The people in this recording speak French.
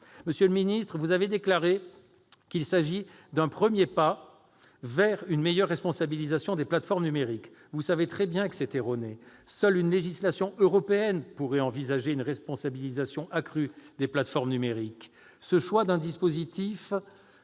Monsieur le ministre, vous avez déclaré qu'il s'agissait d'« un premier pas vers une meilleure responsabilisation des plateformes numériques. » Vous savez très bien que c'est erroné ! Seule une législation européenne pourrait permettre une responsabilisation accrue des plateformes numériques. Ce choix d'un dispositif